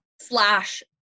slash